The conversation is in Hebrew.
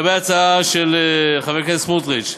לגבי ההצעה של חבר הכנסת סמוטריץ.